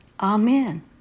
Amen